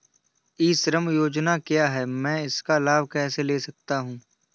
ई श्रम योजना क्या है मैं इसका लाभ कैसे ले सकता हूँ?